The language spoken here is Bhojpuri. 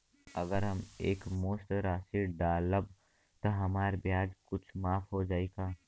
अगर हम एक मुस्त राशी डालब त हमार ब्याज कुछ माफ हो जायी का?